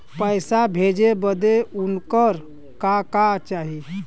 पैसा भेजे बदे उनकर का का चाही?